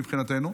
מבחינתנו.